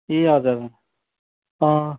ए हजुर हजुर अँ